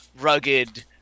rugged